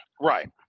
right